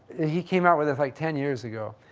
he came out with this like ten years ago.